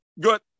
good